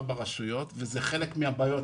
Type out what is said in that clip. ארבע רשויות וזה חלק מהבעיות,